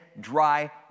dry